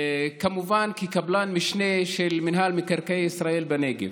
כמובן כקבלן משנה של מינהל מקרקעי ישראל בנגב.